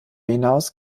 hinaus